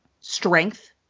strength